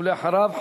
ואחריו,